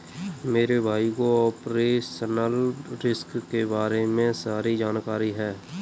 मेरे भाई को ऑपरेशनल रिस्क के बारे में सारी जानकारी है